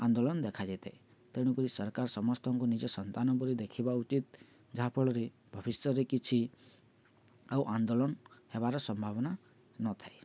ଆନ୍ଦୋଳନ ଦେଖାାଯାଇଥାଏ ତେଣୁକରି ସରକାର ସମସ୍ତଙ୍କୁ ନିଜ ସନ୍ତାନ ପରି ଦେଖିବା ଉଚିତ ଯାହାଫଳରେ ଭବିଷ୍ୟରେ କିଛି ଆଉ ଆନ୍ଦୋଳନ ହେବାର ସମ୍ଭାବନା ନଥାଏ